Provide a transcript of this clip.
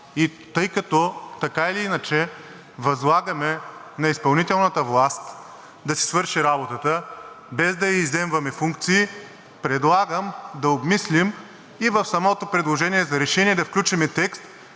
тъй като така или иначе възлагаме на изпълнителната власт да си свърши работата, без да ѝ изземваме функции, предлагам да обмислим и в самото предложение за решение да включим текст,